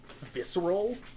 visceral